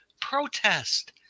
Protest